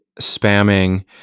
spamming